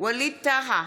ווליד טאהא,